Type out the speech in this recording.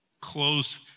close